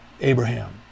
Abraham